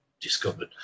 discovered